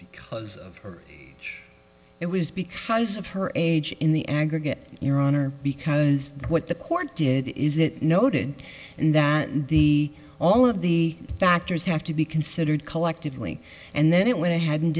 because of her age it was because of her age in the aggregate your honor because what the court did is it noted that the all of the factors have to be considered collectively and then it went ahead and